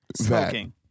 smoking